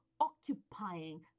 occupying